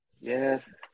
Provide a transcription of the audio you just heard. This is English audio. Yes